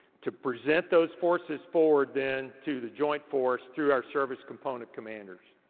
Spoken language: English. to present those forces forward then to the joint force through our service component commanders.